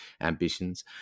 ambitions